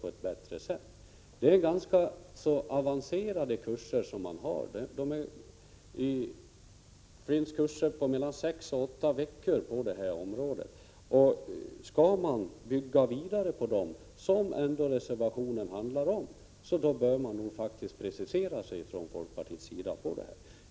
Det är ganska avancerade kurser som det är fråga om. Det finns kurser på mellan sex och åtta veckor på detta område. Skall vi bygga vidare på dem, vilket reservationen handlar om, bör man faktiskt precisera sig från folkpartiets sida.